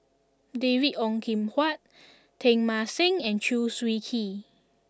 David Ong Kim Huat Teng Mah Seng and Chew Swee Kee